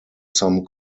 some